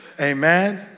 Amen